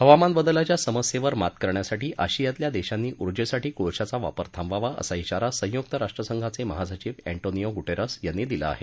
हवामान बदलाच्या समस्येवर मात करण्यासाठी आशियातल्या देशांनी ऊर्जेसाठी कोळशाचा वापर थांबवावा असा व्वारा संयुक्त राष्ट्रसंघाचे महासचीव अँधिओ गु उंस यांनी दिला आहे